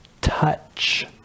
touch